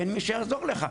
אין מי שיעזור לך,